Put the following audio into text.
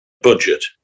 budget